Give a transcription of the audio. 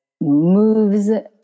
moves